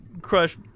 crush